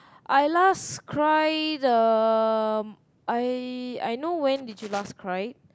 I last cry the I I know when did you last cry